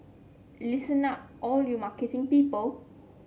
listen up all you marketing people